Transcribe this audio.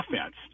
offense